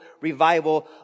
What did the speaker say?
revival